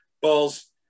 balls